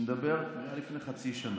זה היה לפני חצי שנה.